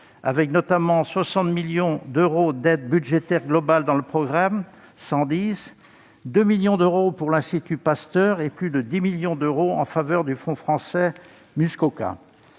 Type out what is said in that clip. avec notamment 60 millions d'euros d'aides budgétaires globales dans le programme 110, 2 millions d'euros pour l'Institut Pasteur et plus de 10 millions d'euros en faveur du Fonds français Muskoka.